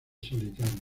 solitarias